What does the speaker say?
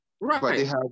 Right